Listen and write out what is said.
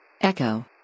Echo